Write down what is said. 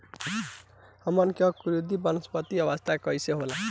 हमन के अंकुरण में वानस्पतिक अवस्था कइसे होला?